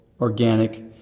organic